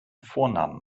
vornamen